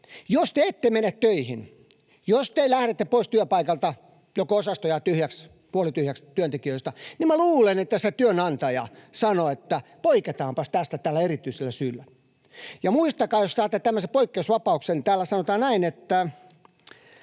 Jos te ette mene töihin, jos te lähdette pois työpaikalta, koko osasto jää tyhjäksi, puolityhjäksi työntekijöistä, niin minä luulen, että se työnantaja sanoo, että poiketaanpas tästä tällä erityisellä syyllä. Ja muistakaa, jos saatte tämmöisen poikkeusvapauksen, että täällä sanotaan, että